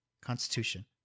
Constitution